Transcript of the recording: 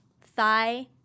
thigh